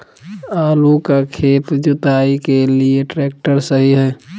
आलू का खेत जुताई के लिए ट्रैक्टर सही है?